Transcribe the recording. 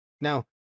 Now